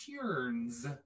turns